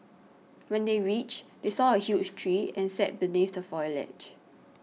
when they reached they saw a huge tree and sat beneath the foliage